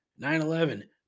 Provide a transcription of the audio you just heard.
9-11